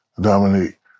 Dominique